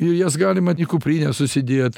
ir jas galima į kuprinę susidėt